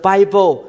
Bible